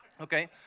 Okay